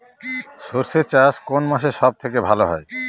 সর্ষে চাষ কোন মাসে সব থেকে ভালো হয়?